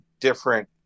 different